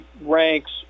ranks